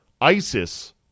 ISIS